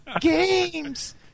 games